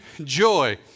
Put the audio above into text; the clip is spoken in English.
joy